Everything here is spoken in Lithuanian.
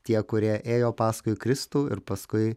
tie kurie ėjo paskui kristų ir paskui